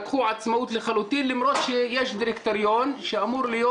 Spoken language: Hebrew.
לקחו עצמאות לחלוטין למרות שיש דירקטוריון שאמור להיות